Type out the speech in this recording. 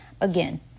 Again